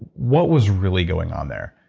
what was really going on there?